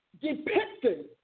depicting